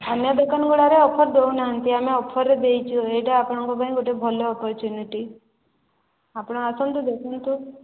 ଅନ୍ୟ ଦୋକାନଗୁଡ଼ାକରେ ଅଫର ଦେଉ ନାହାନ୍ତି ଆମର ଅଫରରେ ଦେଇଛୁ ଏଇଟା ଆପଣଙ୍କ ପାଇଁ ଗୋଟେ ଭଲ ଅପରଚ୍ୟୁନିଟି ଆପଣ ଆସନ୍ତୁ ଦେଖିନ୍ତୁ